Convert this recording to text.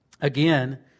again